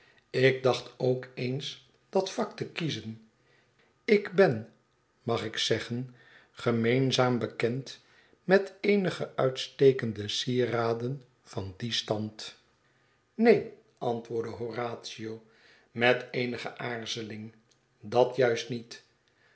ik dacht ook eens dat vak te kiezen ik ben mag ik zeggen gemeenzaam bekend met eenige uitstekende sieraden van dien stand neen antwoordde horatio met eenige aarzeling dat juist niet